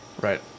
Right